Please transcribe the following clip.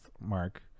Mark